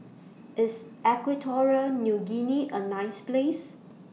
IS Equatorial Guinea A nice Place